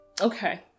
okay